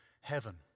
heaven